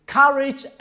courage